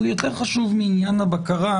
אבל יותר חשוב מעניין הבקרה,